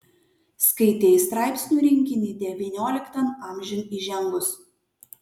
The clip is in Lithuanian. skaitei straipsnių rinkinį devynioliktan amžiun įžengus